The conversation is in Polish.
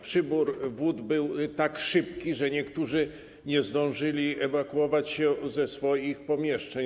Przybór wód był tak szybki, że niektórzy nie zdążyli ewakuować się ze swoich pomieszczeń.